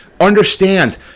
Understand